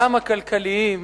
גם הכלכליים,